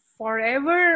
forever